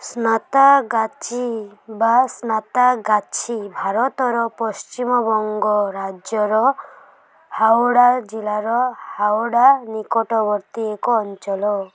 ସ୍ନାତାଗାଛି ବା ସ୍ନାତାଗାଛି ଭାରତର ପଶ୍ଚିମବଙ୍ଗ ରାଜ୍ୟର ହାୱଡ଼ା ଜିଲ୍ଲାର ହାଓଡ଼ା ନିକଟବର୍ତ୍ତୀ ଏକ ଅଞ୍ଚଳ